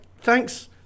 Thanks